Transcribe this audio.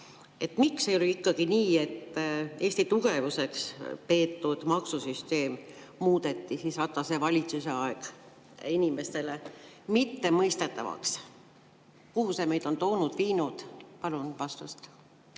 miks on ikkagi nii, et Eesti tugevuseks peetud maksusüsteem muudeti Ratase valitsuse ajal inimestele mittemõistetavaks? Kuhu see on meid toonud või viinud? Palun vastust.